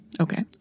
Okay